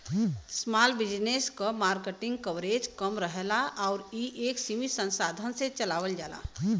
small business क market coverage कम रहला आउर इ एक सीमित संसाधन से चलावल जाला